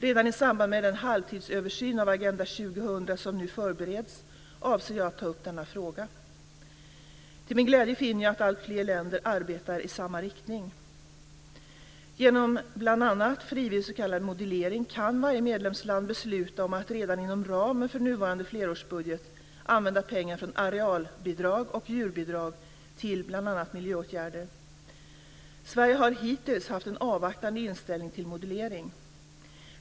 Redan i samband med den halvtidsöversyn av Agenda 2000 som nu förbereds avser jag att ta upp denna fråga. Till min glädje finner jag att alltfler länder arbetar i samma riktning. Genom bl.a. frivillig s.k. modulering kan varje medlemsland besluta om att redan inom ramen för nuvarande flerårsbudget använda pengar från arealbidrag och djurbidrag till bl.a. miljöåtgärder. Sverige har hittills haft en avvaktande inställning till modulering.